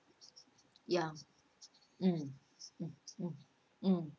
yeah mm mm mm